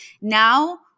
now